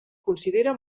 considera